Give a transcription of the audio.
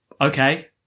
Okay